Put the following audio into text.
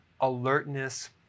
alertness